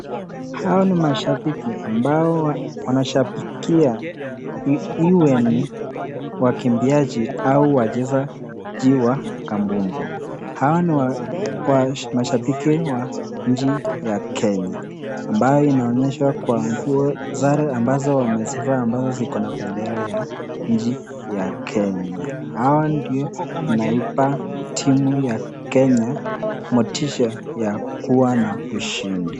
Hawa ni mashabiki ambayo wanashabikia iwe ni wakimbiaje au ni wachezaji wa kambumbu, hawa ni mashabiki wa nchi ya kenya ambayo inaonyeshwa kwa zare ambazo wamezivaa ambazo ziko na bendera nchi ya kenya hawa ndio wanaipa timu ya kenya motisha ya ushindi.